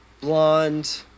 blonde